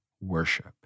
worship